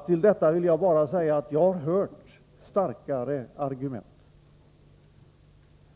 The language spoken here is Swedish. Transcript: Till detta vill jag bara säga att jag har hört starkare argument.